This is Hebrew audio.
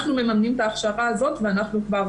אנחנו מממנים את ההכשרה הזאת ויש לנו כבר